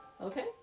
Okay